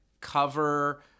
cover